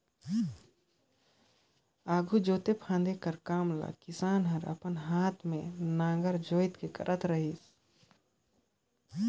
आघु जोते फादे कर काम ल किसान हर अपन हाथे मे नांगर जोएत के करत रहिस